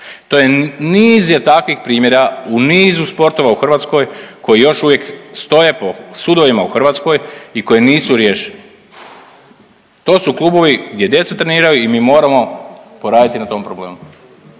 To je, niz je takvih primjera u nizu sportova u Hrvatskoj koji još uvijek stoje po sudovima u Hrvatskoj i koji nisu riješeni. To su klubovi gdje djeca treniraju i mi moramo poraditi na tom problemu.